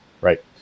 Right